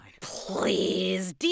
Please